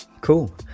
Cool